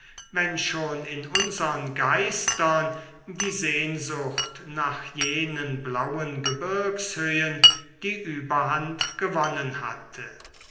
wenn schon in unsern geistern die sehnsucht nach jenen blauen gebirgshöhen die überhand gewonnen hatte